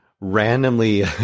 randomly